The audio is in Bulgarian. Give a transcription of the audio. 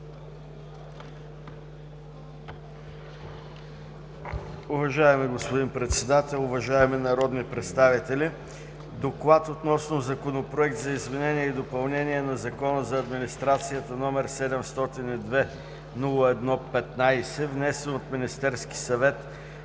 Уважаеми господин Председател, уважаеми народни представители! „Доклад относно Законопроект за изменение и допълнение на Закона за администрацията № 702-01-15, внесен от Министерския съвет на